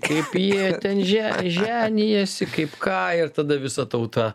kaip jie ten že ženijasi kaip ką ir tada visa tauta